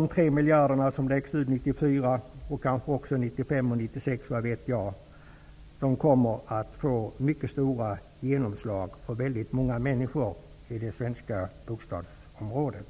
De 3 miljarderna som läggs ut 1994, och kanske 1995 och 1996 -- vad vet jag -- kommer att få mycket stora genomslag för väldigt många människor på det svenska bostadsområdet.